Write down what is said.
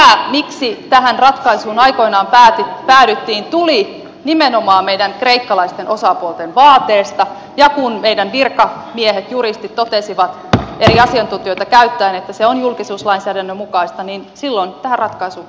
mutta tämä miksi tähän ratkaisuun aikoinaan päädyttiin tuli nimenomaan meidän kreikkalaisten osapuolten vaateesta ja kun meidän virkamiehet juristit totesivat eri asiantuntijoita käyttäen että se on julkisuuslainsäädännön mukaista niin silloin tähän ratkaisuun päädyttiin